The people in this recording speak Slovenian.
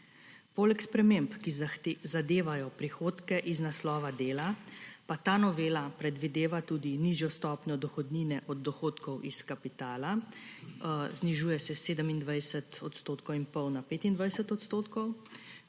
Poleg sprememb, ki zadevajo prihodke iz naslova dela, pa ta novela predvideva tudi nižjo stopnjo dohodnine od dohodkov iz kapitala, znižuje se s 27